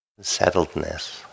settledness